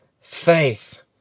faith